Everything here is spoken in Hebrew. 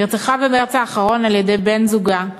נרצחה במרס האחרון על-ידי בן-זוגה,